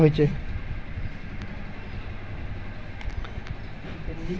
खेतोत हाल लगवार केते कुन ट्रैक्टर ज्यादा अच्छा होचए?